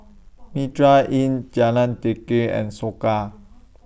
Mitraa Inn Jalan Teliti and Soka